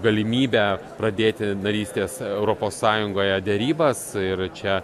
galimybę pradėti narystės europos sąjungoje derybas ir čia